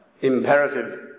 imperative